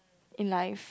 in life